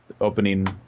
opening